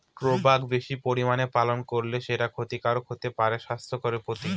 tobacco বেশি পরিমানে পান করলে সেটা ক্ষতিকারক হতে পারে স্বাস্থ্যের প্রতি